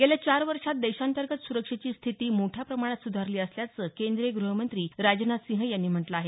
गेल्या चार वर्षात देशांतर्गत सुरक्षेची स्थिती मोठ्या प्रमाणात सुधारली असल्याचं केंद्रीय गृहमंत्री राजनाथ सिंह यांनी म्हटलं आहे